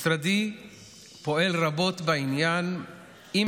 משרדי פועל רבות בעניין הזה,